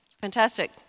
fantastic